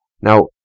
Now